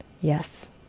Yes